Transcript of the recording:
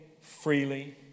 freely